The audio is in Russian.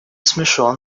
смешон